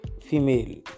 Female